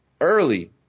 early